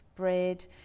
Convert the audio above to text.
bread